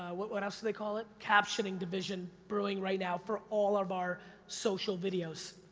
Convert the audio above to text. what what else do they call it? captioning division brewing right now for all of our social videos.